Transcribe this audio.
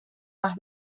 más